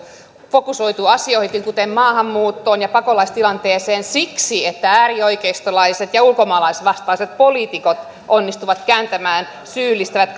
fokusoitu asioihin kuten maahanmuuttoon ja pakolaistilanteeseen siksi että äärioikeistolaiset ja ulkomaalaisvastaiset poliitikot onnistuivat kääntämään syyllistävät